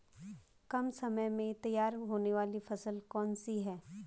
कम समय में तैयार होने वाली फसल कौन सी है?